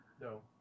No